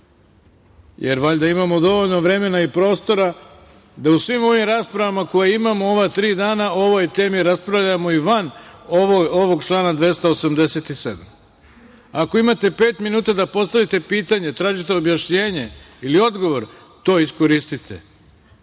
jer valjda imamo dovoljno vremena i prostora da u svim ovim raspravama koje imamo ova tri dana o ovoj temi raspravljamo i van ovog člana 287. Ako imate pet minuta da postavite pitanje, tražite objašnjenje ili odgovor, to iskoristite.